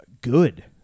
good